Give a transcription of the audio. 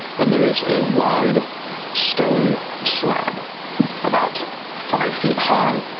and there is a wide stone slab about five feet high,